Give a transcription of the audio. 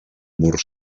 mur